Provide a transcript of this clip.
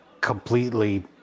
completely